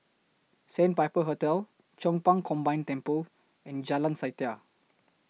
Sandpiper Hotel Chong Pang Combined Temple and Jalan Setia